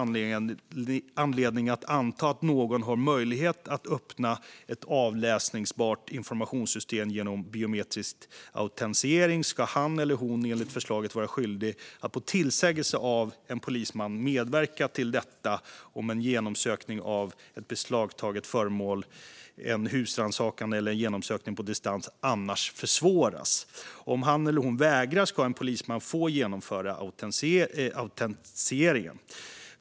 Om det finns anledning att anta att någon har möjlighet att öppna ett avläsningsbart informationssystem genom biometrisk autentisering ska han eller hon enligt förslaget vara skyldig att på tillsägelse av en polisman medverka till detta om en genomsökning av ett beslagtaget föremål, en husrannsakan eller en genomsökning på distans annars försvåras. Om han eller hon vägrar ska en polisman få genomföra autentiseringen.